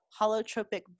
holotropic